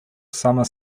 summer